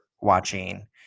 watching